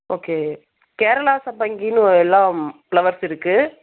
okay Kerala சம்பங்கின்னு எல்லாம் flowers இருக்கு